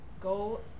Go